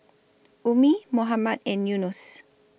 Ummi Muhammad and Yunos